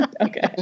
okay